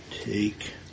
take